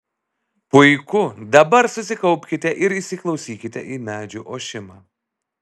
puiku dabar susikaupkite ir įsiklausykite į medžių ošimą